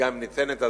וגם ניתנת הזנה,